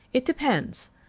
it depends.